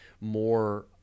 more